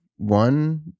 One